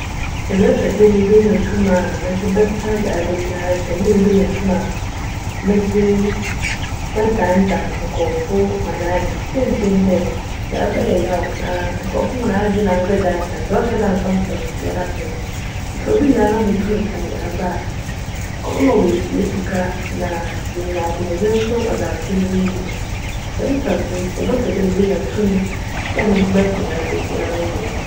Mebjpj dj mebenya tum a medze bjsa yarba biara kyjn dj mebenya tum a medze bjdandan nkorcfo hcn adwen. Siantsir nye dj, yarba yj yaw na nkorcfo hcn adwen a mebjdandan dze, cnnhyj da mmfa mfaso biara mmbrj me ntsi obi yar na mutum sa no yarba a, cbjma woesie sika na woenya apcwmudzen so cdze akjyj n'edwuma. Djm saso ntsi mebjpj dj mebenya tum medze bjsa yarba biara.